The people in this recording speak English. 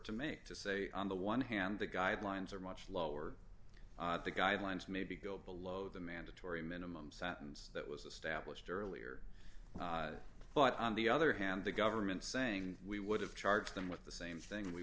to make to say on the one hand the guidelines are much lower the guidelines maybe go below the mandatory minimum sentence that was established earlier but on the other hand the government saying we would have charged them with the same thing we